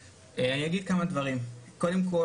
אני אגיד כמה דברים: קודם כל,